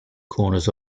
corners